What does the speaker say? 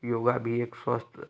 योगा भी एक स्वस्थ